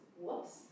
Whoops